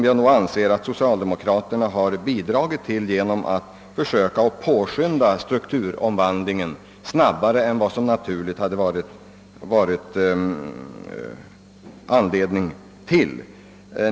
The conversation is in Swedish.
Jag anser att socialdemokraterna har bidragit till dessa besvärligheter genom att försöka påskynda strukturomvandlingen snabbare än vad det naturligen hade varit anledning till.